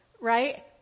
right